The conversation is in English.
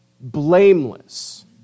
blameless